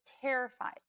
terrified